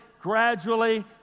gradually